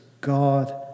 God